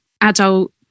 adult